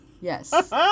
Yes